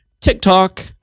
TikTok